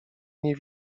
nie